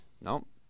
Nope